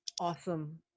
Awesome